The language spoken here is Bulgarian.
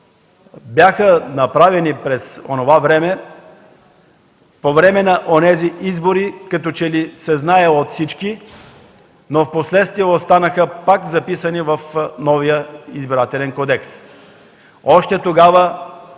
бяха направени по време на онези избори, като че ли се знае от всички, но в последствие пак останаха записани в новия Избирателен кодекс. Още тогава